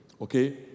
Okay